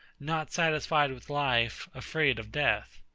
not satisfied with life, afraid of death.